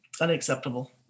unacceptable